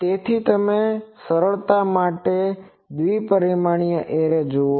તેથી તમે સરળતા માટે દ્વિ પરિમાણીય એરે જુઓ